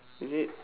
is it